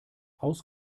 aus